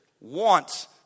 wants